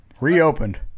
reopened